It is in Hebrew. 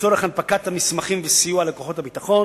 לצורך הנפקת המסמכים וסיוע לכוחות הביטחון.